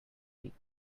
week